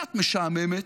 קצת משעממת,